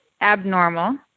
abnormal